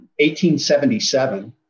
1877